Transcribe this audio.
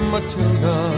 Matilda